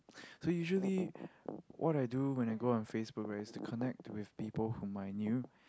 so usually what I do when I go on Facebook right is to connect with people whom I knew